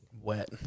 wet